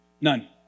None